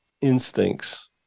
instincts